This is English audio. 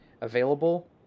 available